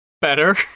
better